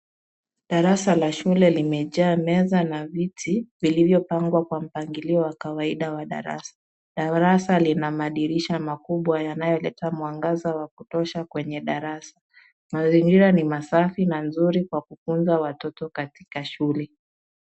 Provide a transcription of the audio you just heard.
Darasa la shule limejaa meza na viti, vilivyopangwa kwa mpangilio wa kawaida wa darasa. Darasa lina madirisha makubwa yanayoleta mwangaza wa kutosha kwenye darasa. Mazingira ni masafi na nzuri kwa kufunza watoto katika shule.